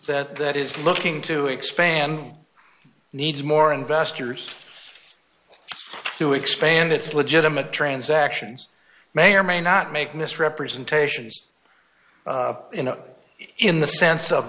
that that is looking to expand needs more investors to expand its legitimate trains actions may or may not make misrepresentations you know in the sense of